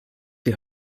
die